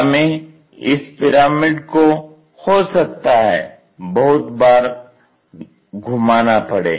हमें इस पिरामिड को हो सकता है बहुत बार घुमाना पड़े